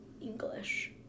English